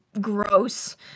gross